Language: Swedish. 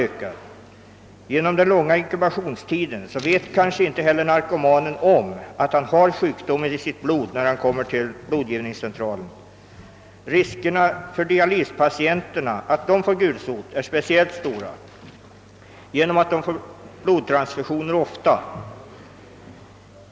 På grund av den långa inkubationstiden vet kanske inte heller narkomanen om han har sjukdomen i sitt blod när han kommer till blodgivarcentralen. Riskerna för att dialyspatienterna får gulsot är speciellt stora, eftersom de får blodtransfusioner ofta.